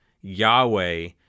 Yahweh